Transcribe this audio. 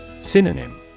Synonym